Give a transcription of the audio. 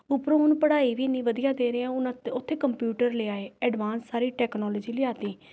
ਉੱਪਰੋਂ ਹੁਣ ਪੜ੍ਹਾਈ ਵੀ ਇੰਨੀ ਵਧੀਆ ਦੇ ਰਹੇ ਉਨ੍ਹਾ ਉੱਥੇ ਕੰਪਿਊਟਰ ਲਿਆਏ ਐਡਵਾਂਸ ਸਾਰੀ ਟੈਕਨੋਲਜੀ ਲਿਆ ਤੀ